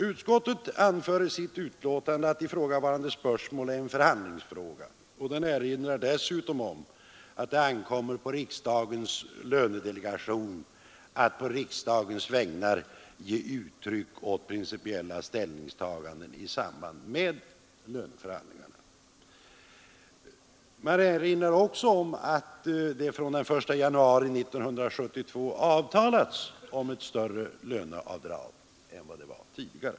Utskottet anför i sitt betänkande att ifrågavarande spörsmål är en förhandlingsfråga och erinrar dessutom om att det ankommer på riksdagens lönedelegation att på riksdagens vägnar ge uttryck åt principiella ställningstaganden i samband med löneförhandlingarna. Utskottet erinrar också om att det från den den 1 januari 1972 avtalats om ett större löneavdrag än tidigare.